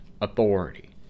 authority